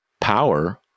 power